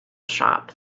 shop